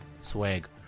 Swag